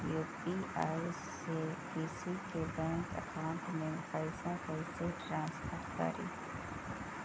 UPI से किसी के बैंक अकाउंट में पैसा कैसे ट्रांसफर करी?